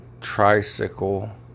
tricycle